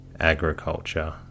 agriculture